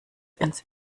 ins